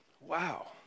Wow